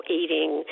eating